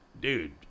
dude